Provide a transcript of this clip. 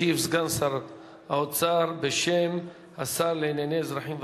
ישיב סגן שר האוצר בשם השר לאזרחים ותיקים.